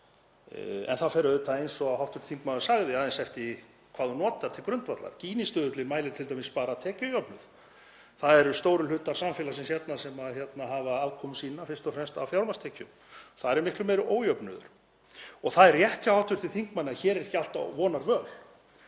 En það fer auðvitað, eins og hv. þingmaður sagði, aðeins eftir því hvað þú notar til grundvallar. Gini-stuðullinn mælir t.d. bara tekjujöfnuð. Það eru stórir hlutar samfélagsins hérna sem hafa afkomu sína fyrst og fremst af fjármagnstekjum. Þar er miklu meiri ójöfnuður. Það er rétt hjá hv. þingmanni að hér er ekki allt á vonarvöl